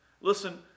Listen